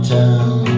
town